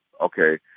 okay